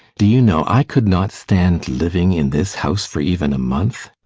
do you know, i could not stand living in this house for even a month?